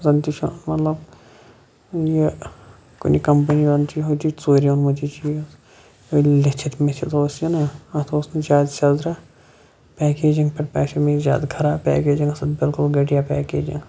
زَن تہِ چھُ مَطلَب یہِ کُنہِ کَمپٔنی زَن چھُ ہُتہِ ژوٗرِ اوٚنمُت یہِ چیٖز ژوٗرٕ یہے لیٚتھِتھ مٔتھِتھ اتھ اوس نہَ اتھ اوس نہِ شاید سیٚزرَ پیکیجِنٛگ پٮ۪ٹھ باسیو مےٚ یہِ زیاد خَراب پیکیجِنٛگ ٲسۍ اتھ بِلکُل گٹیا پیکیجِنٛگ